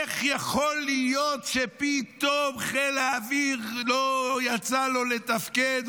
איך יכול להיות שפתאום חיל האוויר לא יצא לו לתפקד,